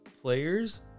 players